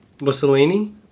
Mussolini